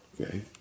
Okay